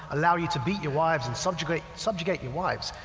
allows you to beat your wife and subjugate subjugate your wife,